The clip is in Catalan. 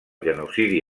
genocidi